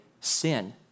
sin